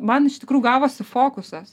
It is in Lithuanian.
man iš tikrų gavosi fokusas